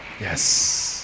Yes